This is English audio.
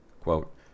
Quote